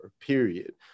period